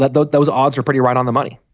though those odds are pretty right on the money.